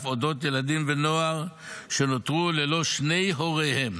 אודות ילדים ונוער שנותרו ללא שני הוריהם.